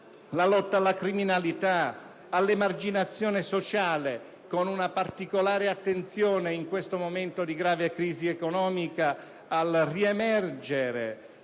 la lotta alla criminalità e all'emarginazione sociale - ponendo una particolare attenzione, in questo momento di grave crisi economica, al fatto che